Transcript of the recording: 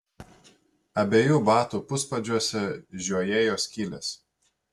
abiejų batų puspadžiuose žiojėjo skylės